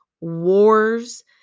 wars